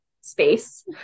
space